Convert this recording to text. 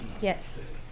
Yes